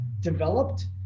developed